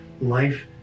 Life